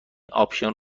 آپشن